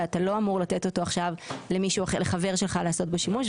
ואתה לא אמור לתת אותו למישהו אחר לעשות בו שימוש.